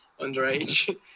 underage